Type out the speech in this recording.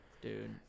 Dude